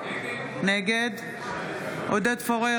נגד עודד פורר,